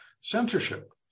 censorship